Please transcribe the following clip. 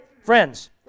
friends